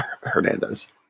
Hernandez